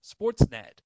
sportsnet